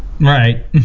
Right